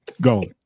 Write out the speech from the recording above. Go